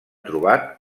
trobat